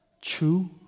true